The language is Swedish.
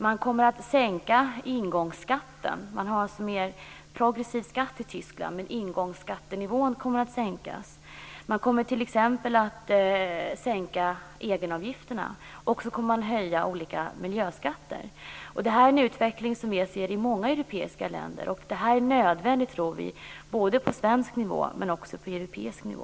Man kommer att sänka ingångsskatten. Man har alltså en mer progressiv skatt i Tyskland, men ingångsskattenivån kommer att sänkas. Man kommer t.ex. att sänka egenavgifterna och höja olika miljöskatter. Detta är en utveckling som man kan se i många europeiska länder, och vi tror att den är nödvändig både på svensk nivå men också på europeisk nivå.